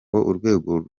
urwego